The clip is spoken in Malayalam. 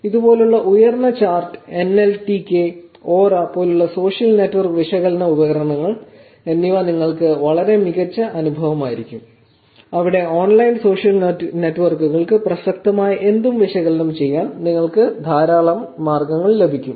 അതിനാൽ ഇതുപോലുള്ള ഉയർന്ന ചാർട്ട് എൻഎൽടികെ ഓറ പോലുള്ള സോഷ്യൽ നെറ്റ്വർക്ക് വിശകലന ഉപകരണങ്ങൾ എന്നിവ നിങ്ങൾക്ക് വളരെ മികച്ച അനുഭവമായിരിക്കും അവിടെ ഓൺലൈൻ സോഷ്യൽ നെറ്റ്വർക്കുകൾക്ക് പ്രസക്തമായ എന്തും വിശകലനം ചെയ്യാൻ നിങ്ങൾക്ക് ധാരാളം മാർഗങ്ങൾ ലഭിക്കും